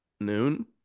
noon